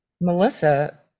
Melissa